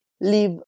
leave